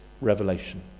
revelation